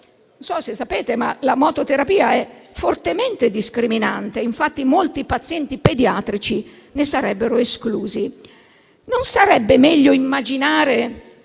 Non so se lo sapete, ma la mototerapia è fortemente discriminante. Infatti, molti pazienti pediatrici ne sarebbero esclusi. Non sarebbe meglio immaginare,